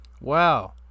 Wow